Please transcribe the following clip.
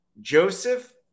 Joseph